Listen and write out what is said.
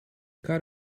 cut